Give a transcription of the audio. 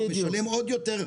אבל דווקא בשנים האלה,